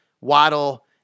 waddle